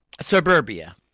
suburbia